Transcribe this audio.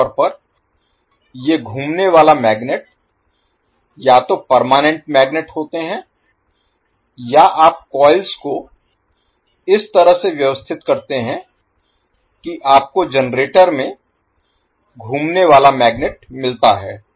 आम तौर पर ये घूमने वाला मैग्नेट या तो परमानेंट मैग्नेट होते हैं या आप कॉइल्स को इस तरह से व्यवस्थित करते हैं कि आपको जनरेटर में घूमने वाला मैग्नेट मिलता है